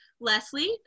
Leslie